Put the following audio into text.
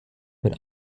would